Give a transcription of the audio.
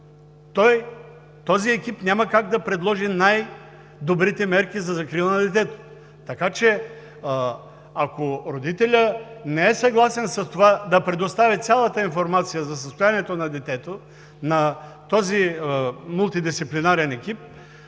този екип няма как да предложи най-добрите мерки за закрила на детето. Така че ако родителят не е съгласен с това да предостави цялата информация за състоянието на детето на този мултидисциплинарен екип,